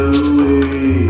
away